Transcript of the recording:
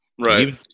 right